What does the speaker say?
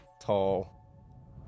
tall